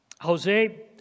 Jose